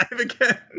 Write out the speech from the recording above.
again